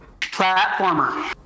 Platformer